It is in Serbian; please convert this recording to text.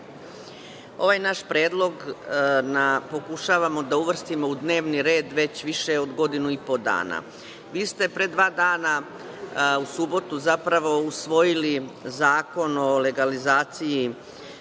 Ovaj naš predlog pokušavamo da uvrstimo u dnevni red već više od godinu i po dana. Vi ste pre dva dana, u subotu, zapravo, usvojili zakon o legalizaciji